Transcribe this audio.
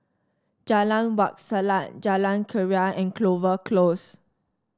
Jalan Wak Selat Jalan Keria and Clover Close